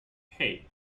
hey